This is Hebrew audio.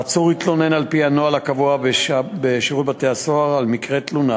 העצור התלונן על-פי הנוהל הקבוע בשירות בתי-הסוהר על מקרה תלונה.